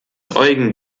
eugen